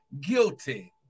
guilty